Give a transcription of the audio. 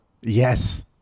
Yes